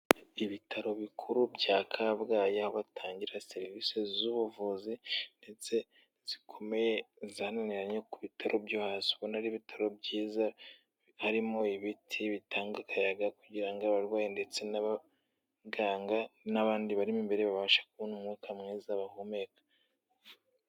Ibitaro bikuru bya Kabgayi aho batangira serivisi z'ubuvuzi ndetse zikomeye zananiranye ku bitaro byo hasi, ubona ari ibitaro byiza, harimo ibiti bitanga akayaga kugira ngo abarwayi ndetse n'abaganga n'abandi barimo imbere babashe kubona umwuka mwiza bahumeka.